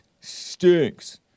Stinks